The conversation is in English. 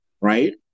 right